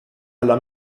alla